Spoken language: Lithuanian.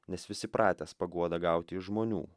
nes visi pratęs paguodą gauti iš žmonių